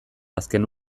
azken